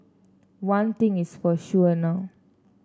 one thing is for sure now